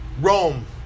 Rome